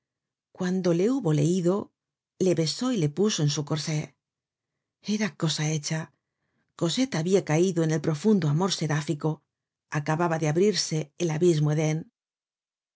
cuando le hubo leido le besó y le puso en su corsé era cosa hecha cosette habia caido en el profundo amor seráfico acababa de abrirse el abismo eden